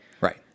Right